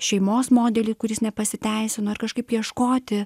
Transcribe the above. šeimos modelį kuris nepasiteisino ir kažkaip ieškoti